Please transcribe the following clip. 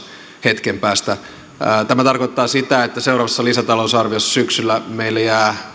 hetken päästä tämä tarkoittaa sitä että seuraavassa lisätalousarviossa syksyllä meille jää